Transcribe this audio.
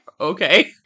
okay